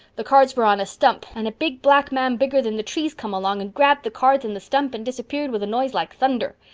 the cards were on a stump and a big black man bigger than the trees come along and grabbed the cards and the stump and disapered with a noys like thunder.